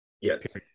yes